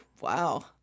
wow